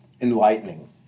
enlightening